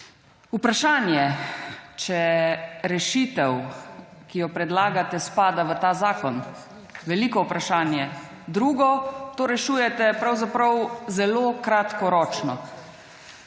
Vprašanje, če rešitev, ki jo predlagate, spada v ta zakon. Veliko vprašanje. Drugo, to rešujete pravzaprav zelo kratkoročno,